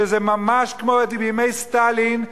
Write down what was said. זה ממש כמו בימי סטלין,